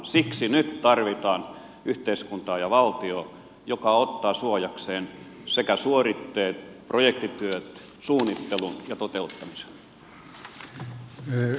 siksi nyt tarvitaan yhteiskuntaa ja valtiota joka ottaa suojakseen suoritteet projektityöt suunnittelun ja toteuttamisen